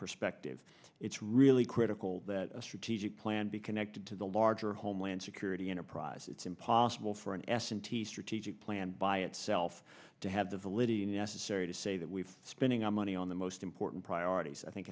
perspective it's really critical that a strategic plan be connected to the larger homeland security enterprise it's impossible for an s and t strategic plan by itself to have the validity necessary to say that we've spending our money on the most important priorities i think